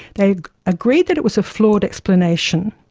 they agreed that it was a flawed explanation